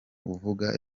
uvuga